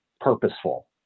purposeful